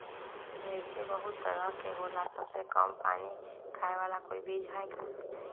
मिर्ची बहुत तरह के होला सबसे कम पानी खाए वाला कोई बीज है का?